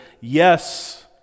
Yes